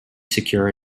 secure